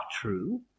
true